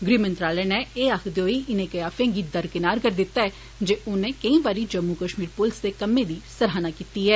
गृह मंत्रालय नै एह आक्खदे होई इने क्याफे गी दर किनार करी दिता ऐ जे औने केई बारी जम्मू कश्मीर दे कम्मै दी सराहना कीती ऐ